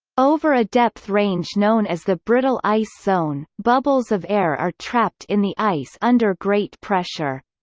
over a depth range known as the brittle ice zone, bubbles of air are trapped in the ice under great pressure.